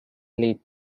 led